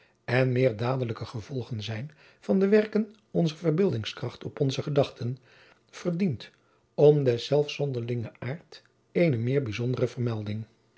en meer dadelijke gevolgen zijn van de werking onzer verbeeldingskracht op onze gedachten verdient om deszelfs zonderlingen aart eene meer bijzondere vermelding